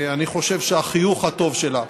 אני חושב שהחיוך הטוב שלה,